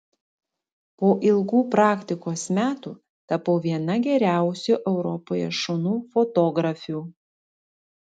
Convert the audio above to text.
po ilgų praktikos metų tapau viena geriausių europoje šunų fotografių